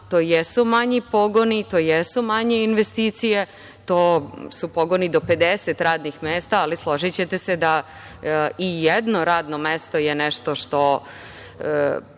To jesu manji pogoni i to jesu manje investicije. To su pogoni do 50 radnih mesta, ali složićete se da i jedno radno mesto je nešto što